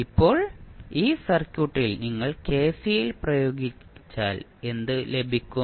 ഇപ്പോൾ ഈ സർക്യൂട്ടിൽ നിങ്ങൾ കെസിഎൽ പ്രയോഗിച്ചാൽ എന്ത് ലഭിക്കും